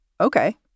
okay